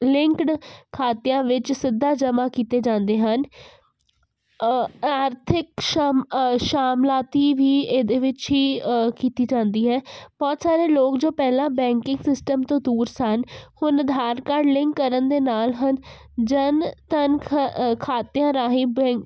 linked ਖਾਤਿਆਂ ਵਿੱਚ ਸਿੱਧਾ ਜਮ੍ਹਾਂ ਕੀਤੇ ਜਾਂਦੇ ਹਨ ਆਰਥਿਕ ਸ਼ਮ ਸ਼ਾਮਲਾਤੀ ਵੀ ਇਹਦੇ ਵਿੱਚ ਹੀ ਕੀਤੀ ਜਾਂਦੀ ਹੈ ਬਹੁਤ ਸਾਰੇ ਲੋਕ ਜੋ ਪਹਿਲਾਂ ਬੈਂਕਿੰਗ ਸਿਸਟਮ ਤੋਂ ਦੂਰ ਸਨ ਹੁਣ ਆਧਾਰ ਕਾਰਡ ਲਿੰਕ ਕਰਨ ਦੇ ਨਾਲ ਹਨ ਜਨ ਧਨ ਖ ਖਾਤਿਆਂ ਰਾਹੀਂ ਬੈ